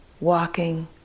walking